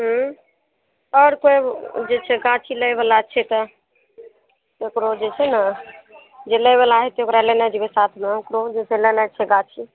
हूँ तऽ आओर कोइ जे छै गाछी लैवला छै तऽ तेकरो जे छै ने जे लैवला हेतय ओकरा लेने जेबय साथमे ओकरो जइसे लेनाइ छै गाछी